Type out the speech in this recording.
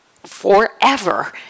forever